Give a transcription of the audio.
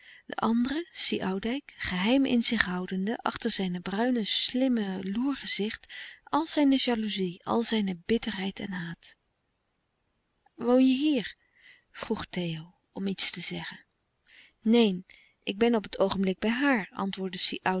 de andere si oudijck geheim in zich houdende achter zijne bruine slimme loergezicht al zijne jalouzie al zijne bitterheid en haat woon je hier vroeg theo om iets te zeggen neen ik ben op het oogenblik bij haar antwoordde